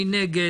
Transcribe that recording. מי נגד?